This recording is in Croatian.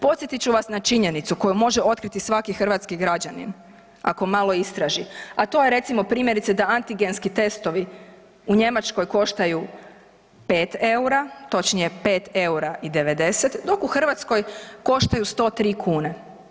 Podsjetit ću vas na činjenicu koju može otkriti svaki hrvatski građanin ako malo istraži, a to je recimo primjerice da antigenski testovi u Njemačkoj koštaju pet eura i 90, dok u Hrvatskoj koštaju 103 kune.